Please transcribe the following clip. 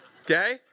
okay